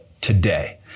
today